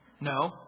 No